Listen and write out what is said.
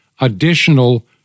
additional